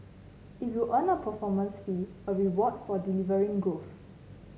it will earn a performance fee a reward for delivering growth